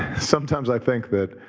sometimes i think that